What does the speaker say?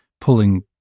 pulling